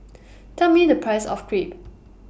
Tell Me The Price of Crepe